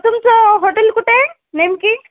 तुमचं हॉटेल कुठं आहे नेमकं